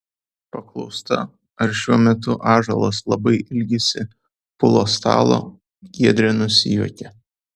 paklausta ar šiuo metu ąžuolas labai ilgisi pulo stalo giedrė nusijuokė